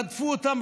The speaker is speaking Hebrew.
רדפו אותם,